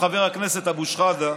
חבר הכנסת אבו שחאדה: